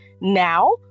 now